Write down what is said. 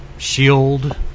Shield